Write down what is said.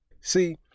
See